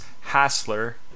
Hassler